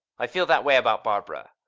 i feel that way about barbara.